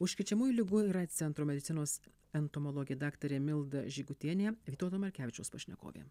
užkrečiamųjų ligų ir aids centro medicinos entomologė daktarė milda žygutienė vytauto markevičiaus pašnekovė